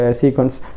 sequence